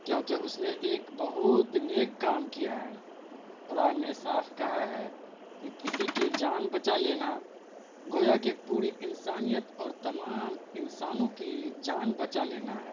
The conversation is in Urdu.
کیونکہ اس نے ایک بہت نیک کام کیا ہے قرآن نے صاف کہا ہے کہ کسی کی جان بچا لینا گویا کہ پوری انسانیت اور تمام انسانوں کی جان بچا لینا ہے